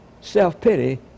Self-pity